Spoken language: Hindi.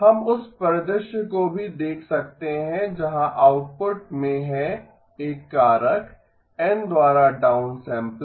हम उस परिदृश्य को भी देख सकते हैं जहां आउटपुट में है एक कारक N द्वारा डाउनसैंपलर